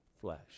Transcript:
flesh